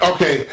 Okay